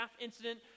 incident